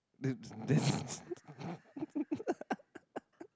that's that's